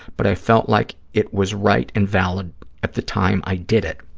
but i felt like it was right and valid at the time i did it.